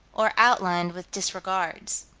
or outlined with disregards.